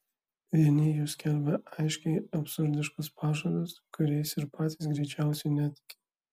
vieni jų skelbia aiškiai absurdiškus pažadus kuriais ir patys greičiausiai netiki